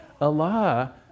Allah